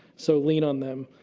so lean on them.